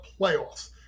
playoffs